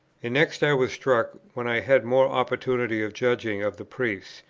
and next, i was struck, when i had more opportunity of judging of the priests,